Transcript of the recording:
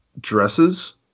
dresses